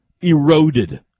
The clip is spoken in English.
eroded